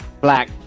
Black